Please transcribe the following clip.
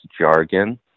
jargon